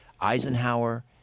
Eisenhower